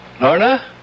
Lorna